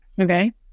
Okay